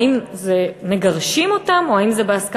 האם מגרשים אותם, או האם זה בהסכמה?